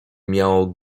miało